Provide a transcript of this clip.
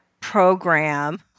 program